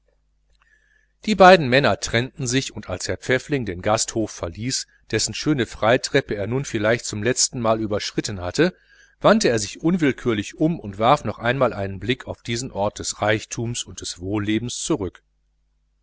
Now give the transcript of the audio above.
die beiden männer trennten sich und als herr pfäffling das zentralhotel verließ dessen schöne freitreppe er nun vielleicht zum letztenmal überschritten hatte wandte er sich unwillkürlich und warf noch einmal einen blick auf diesen ort des luxus und des wohllebens zurück